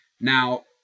Now